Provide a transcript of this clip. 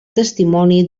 testimoni